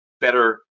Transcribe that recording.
better